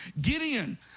Gideon